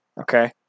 Okay